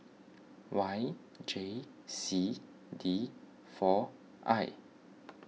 Y J C D four I